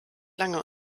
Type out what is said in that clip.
lange